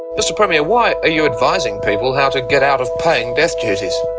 mr premier, why are you advising people how to get out of paying death duties?